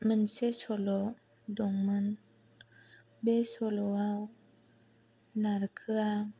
मोनसे सल' दंमोन बे सल'आव नारखोआ